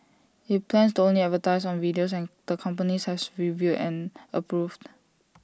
IT plans to only advertise on videos and the companies has reviewed and approved